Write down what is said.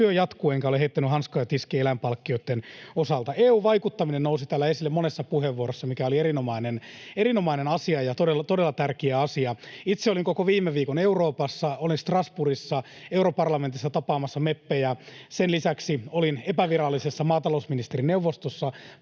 työ jatkuu, enkä ole heittänyt hanskoja tiskiin eläinpalkkioitten osalta. EU-vaikuttaminen nousi täällä esille monessa puheenvuorossa, mikä oli erinomainen asia ja todella tärkeä asia. Itse olin koko viime viikon Euroopassa. Olin Strasbourgissa europarlamentissa tapaamassa meppejä. Sen lisäksi olin epävirallisessa maatalousministerien neuvostossa